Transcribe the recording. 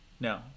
No